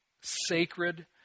sacred